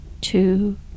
two